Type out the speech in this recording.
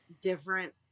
different